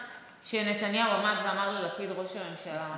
שנתניהו עמד ואמר ללפיד "ראש הממשלה".